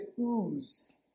ooze